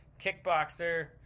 kickboxer